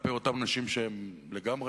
כלפי אותם אנשים שהם לגמרי,